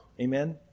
Amen